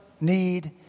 need